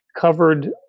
covered